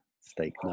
steak